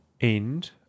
End